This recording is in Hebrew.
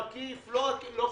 לא עקיף לא חשוב.